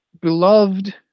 beloved